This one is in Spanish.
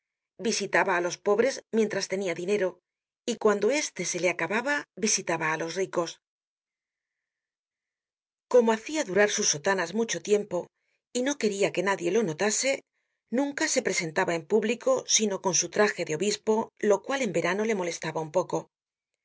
visitaba á los pobres mientras tenia dinero y cuando este se le acababa visitaba á los ricos como hacia durar sus sotanas mucho tiempo y no queria que nadie lo notase nunca se presentaba en público sino con su traje de obispo lo cual en verano le molestaba un poco